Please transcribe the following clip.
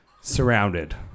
Surrounded